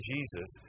Jesus